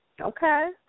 Okay